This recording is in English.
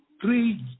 three